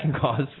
cause